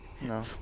No